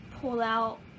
pull-out